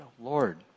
Lord